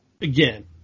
again